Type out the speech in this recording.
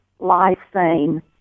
lysine